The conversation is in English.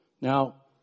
Now